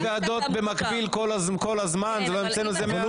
יש ועדות במקביל כל הזמן, לא המצאנו את זה.